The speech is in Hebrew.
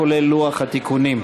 כולל לוח התיקונים.